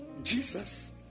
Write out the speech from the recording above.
Jesus